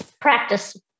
Practice